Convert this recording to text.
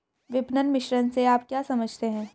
विपणन मिश्रण से आप क्या समझते हैं?